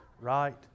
right